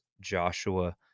Joshua